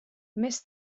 més